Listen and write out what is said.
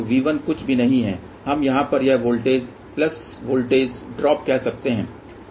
तो V1 कुछ भी नहीं है हम यहाँ पर यह वोल्टेज प्लस वोल्टेज ड्रॉप कह सकते हैं